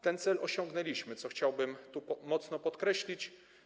Ten cel osiągnęliśmy, co chciałbym tu mocno podkreślić.